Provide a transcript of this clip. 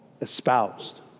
espoused